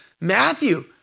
Matthew